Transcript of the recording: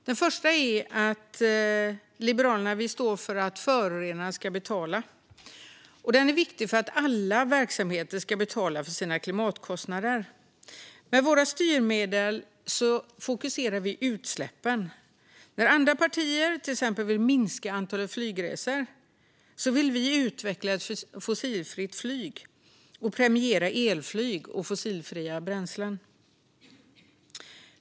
Den första är att Liberalerna står för att förorenaren ska betala. Den är viktig. Alla verksamheter ska betala för sina klimatkostnader. Med våra styrmedel fokuserar vi på utsläppen. När andra partier till exempel vill minska antalet flygresor vill vi utveckla ett fossilfritt flyg och premiera elflyg och fossilfria bränslen.